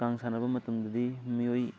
ꯀꯥꯡ ꯁꯥꯟꯅꯕ ꯃꯇꯝꯗꯗꯤ ꯃꯤꯑꯣꯏ